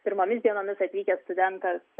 pirmomis dienomis atvykęs studentas